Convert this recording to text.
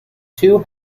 two